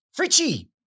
Fritchie